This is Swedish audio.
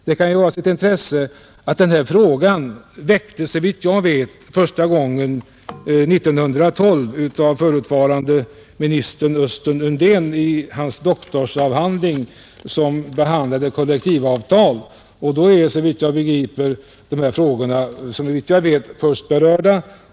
Det kan ju ha sitt intresse att den här frågan väcktes — såvitt jag vet — första gången 1912 av förutvarande utrikesministern Östen Undén i hans doktorsavhandling, som behandlade kollektivavtal.